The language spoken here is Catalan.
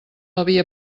havia